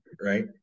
right